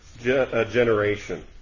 generation